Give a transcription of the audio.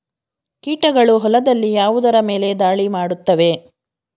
ಕೀಟಗಳು ಹೊಲದಲ್ಲಿ ಯಾವುದರ ಮೇಲೆ ಧಾಳಿ ಮಾಡುತ್ತವೆ?